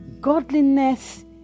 godliness